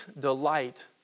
delight